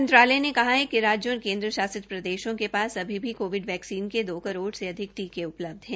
मंत्रालय ने कहा है कि राज्यों और केन्द्र शासित प्रदेशों के पास अभी भी कोविड वैक्सीन के दो करोड़ रूपये से अधिक टीके उपलब्ध है